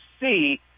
see